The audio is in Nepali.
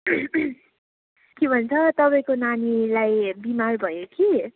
के भन्छ तपाईँको नानीलाई बिमार भयो कि